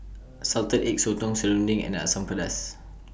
Salted Egg Sotong Serunding and Asam Pedas